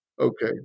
Okay